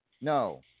no